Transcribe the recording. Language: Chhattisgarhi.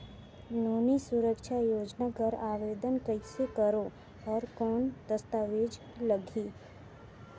नोनी सुरक्षा योजना कर आवेदन कइसे करो? और कौन दस्तावेज लगही?